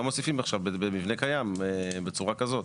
לא מוסיפים עכשיו במבנה קיים בצורה כזו.